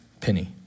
penny